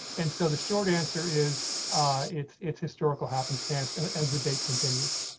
and so, the short answer is it's it's historical happenstance, and and the date continues.